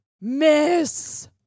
Miss